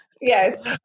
Yes